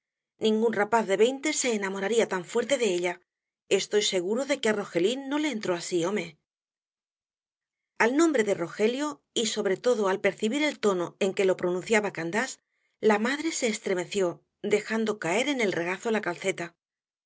ningún rapaz de veinte se enamoraría tan fuerte de ella estoy seguro de que á rogelín no le entró así home al nombre de rogelio y sobre todo al percibir el tono en que lo pronunciaba candás la madre se estremeció dejando caer en el regazo la calceta